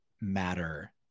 matter